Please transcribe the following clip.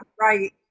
Right